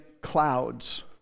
clouds